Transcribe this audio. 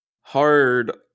hard